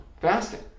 Fasting